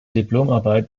diplomarbeit